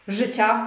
życia